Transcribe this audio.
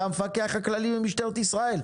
המפכ"ל למשטרת ישראל,